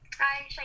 Hi